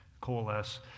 coalesce